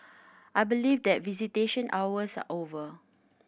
I believe that visitation hours are over